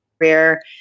career